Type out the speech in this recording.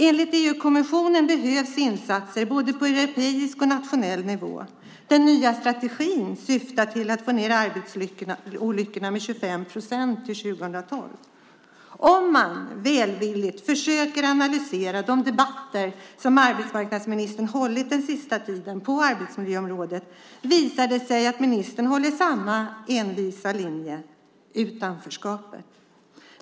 Enligt EU-kommissionen behövs insatser både på europeisk och nationell nivå. Den nya strategin syftar till att få ned arbetsolyckorna med 25 procent till 2012. Om man välvilligt försöker analysera de debatter på arbetsmiljöområdet som arbetsmarknadsministern deltagit i den senaste tiden visar det sig att ministern håller samma envisa linje - utanförskapet.